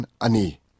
ani